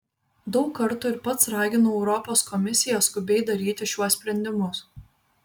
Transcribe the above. daug kartų ir pats raginau europos komisiją skubiai daryti šiuos sprendimus